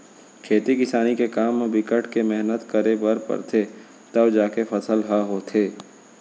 खेती किसानी के काम म बिकट के मेहनत करे बर परथे तव जाके फसल ह होथे